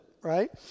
right